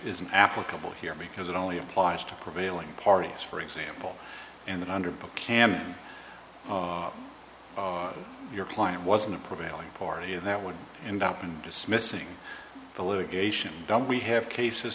isn't applicable here because it only applies to prevailing parties for example and under cam your client wasn't prevailing party and that would end up in dismissing the litigation don't we have cases